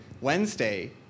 Wednesday